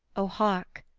o hark,